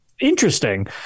interesting